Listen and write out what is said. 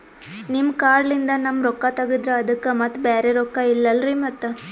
ನಿಮ್ ಕಾರ್ಡ್ ಲಿಂದ ನಮ್ ರೊಕ್ಕ ತಗದ್ರ ಅದಕ್ಕ ಮತ್ತ ಬ್ಯಾರೆ ರೊಕ್ಕ ಇಲ್ಲಲ್ರಿ ಮತ್ತ?